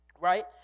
Right